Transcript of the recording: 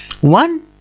one